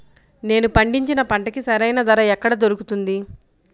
నేను పండించిన పంటకి సరైన ధర ఎక్కడ దొరుకుతుంది?